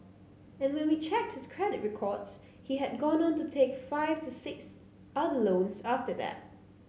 and when we checked his credit records he had gone on to take five to six other loans after that